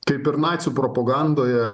kaip ir nacių propagandoje